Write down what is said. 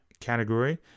category